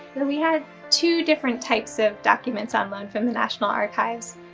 and we had two different types of documents on loan from the national archives.